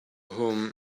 home